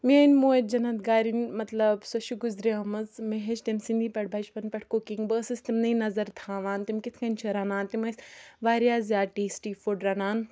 میٛٲنۍ موج جنت گارٕنۍ مطلب سۄ چھِ گُزریٚمٕژ مےٚ ہیٚچھ تٔمۍ سٕنٛدی پٮ۪ٹھ بَچپَن پٮ۪ٹھ کُکِنٛگ بہٕ ٲسٕس تِمنٕے نظر تھاوان تِم کِتھ کَنۍ چھِ رَنان تِم ٲسۍ واریاہ زیادٕ ٹیسٹی فُڈ رَنان